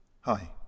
Hi